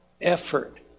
effort